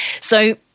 So-